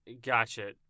Gotcha